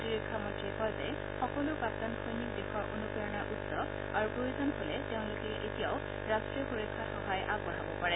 প্ৰতিৰক্ষা মন্ত্ৰীয়ে কয় যে সকলো প্ৰাক্তন সৈনিক দেশৰ অনুপ্ৰেৰণাৰ উৎস আৰু প্ৰয়োজন হলে তেওঁলোকে এতিয়াও ৰাট্টীয় সুৰক্ষাত সহায় আগবঢ়াব পাৰে